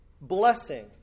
Blessing